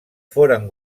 foren